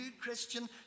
Christian